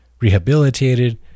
rehabilitated